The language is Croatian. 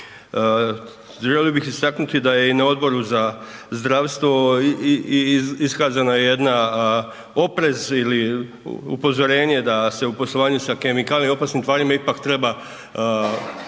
u RH. Želio bih istaknuti da je i na Odboru za zdravstvo iskazana jedan oprez ili upozorenje da se u poslovanju sa kemikalijama i opasnim tvarima ipak treba